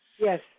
Yes